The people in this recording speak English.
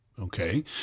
Okay